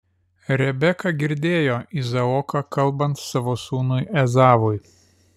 rebeka girdėjo izaoką kalbant savo sūnui ezavui